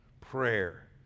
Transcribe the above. Prayer